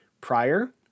prior